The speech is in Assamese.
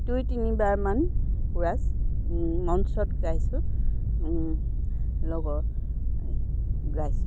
দুই তিনিবাৰমান কোৰাছ মঞ্চত গাইছোঁ লগৰ গাইছোঁ